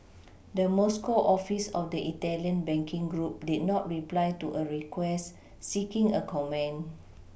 the Moscow office of the italian banking group did not reply to a request seeking a comment